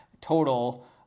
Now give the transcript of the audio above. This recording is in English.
total